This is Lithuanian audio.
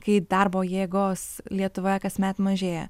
kai darbo jėgos lietuvoje kasmet mažėja